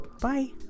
bye